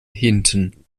hinten